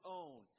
own